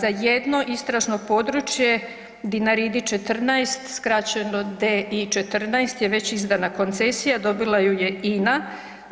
Za jedno istražno područje Dinaridi 14, skraćeno DI-14 je već izdana koncesija, dobila ju je INA,